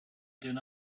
deny